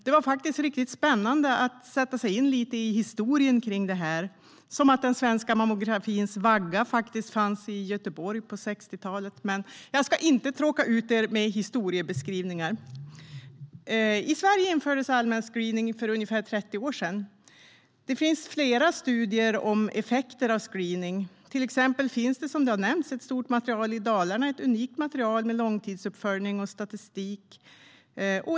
Det var faktiskt riktigt spännande att sätta sig in lite i historien om detta, som att den svenska mammografins vagga fanns i Göteborg på 60talet. Men jag ska inte tråka ut er med historiebeskrivningar. I Sverige infördes allmän screening för ungefär 30 år sedan. Det finns flera studier om effekter av screeningen. Till exempel finns det, som har nämnts, ett stort material i Dalarna. Det är ett unikt material med långtidsuppföljning och statistik.